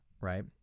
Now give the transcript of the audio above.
Right